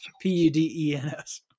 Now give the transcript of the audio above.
P-U-D-E-N-S